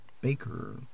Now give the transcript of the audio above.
Baker